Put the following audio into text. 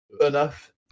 enough